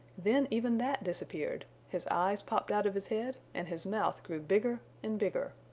then even that disappeared, his eyes popped out of his head and his mouth grew bigger and bigger.